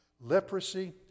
Leprosy